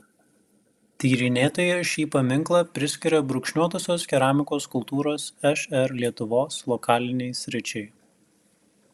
tyrinėtoja šį paminklą priskiria brūkšniuotosios keramikos kultūros šr lietuvos lokalinei sričiai